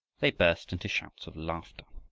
they burst into shouts of laughter.